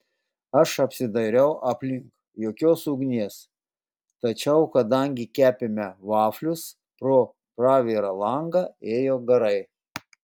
aš apsidairiau aplink jokios ugnies tačiau kadangi kepėme vaflius pro pravirą langą ėjo garai